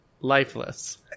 Lifeless